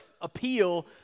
appeal